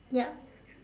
yup